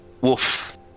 woof